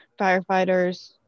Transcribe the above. firefighters